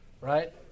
right